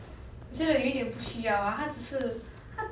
我觉得有点不需要 lah 他只是他